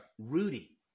Rudy